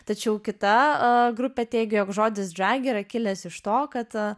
tačiau kita grupė teigia jog žodis drag yra kilęs iš to kad